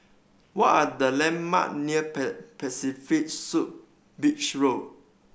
what are the landmarks near Pan Pacific Suites Beach Road